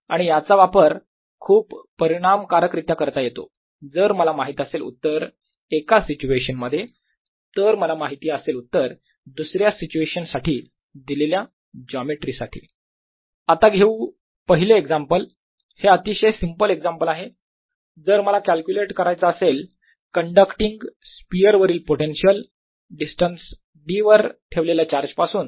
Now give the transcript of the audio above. आणि याचा वापर खूप परिणामकारक रित्या करता येतो जर मला माहित असेल उत्तर एका सिच्युएशनमध्ये तर मला माहिती असेल उत्तर दुसऱ्या सिच्युएशन साठी दिलेल्या जॉमेट्री साठी V12drV1surface 2dsV21drV2surface1ds आता घेऊ पहिले एक्झाम्पल हे अतिशय सिम्पल एक्झाम्पल आहे जर मला कॅल्क्युलेट करायचा असेल कण्डक्टींग स्पियर वरील पोटेन्शियल डिस्टन्स d वर ठेवलेल्या चार्ज पासून